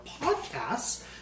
podcasts